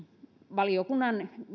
valiokunnan